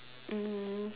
um